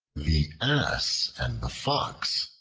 the ass and the fox,